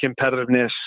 competitiveness